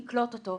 תקבלו.